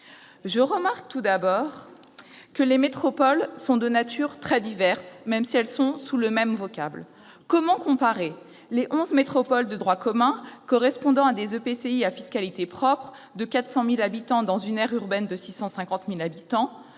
Je remarque tout d'abord que les métropoles sont de nature très diverse. Comment comparer les onze métropoles de droit commun correspondant à des EPCI à fiscalité propre de 400 000 habitants dans une aire urbaine de 650 000 habitants-